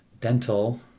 dental